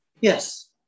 Yes